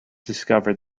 discovered